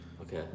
Okay